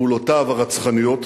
פעולותיו הרצחניות.